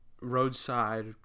roadside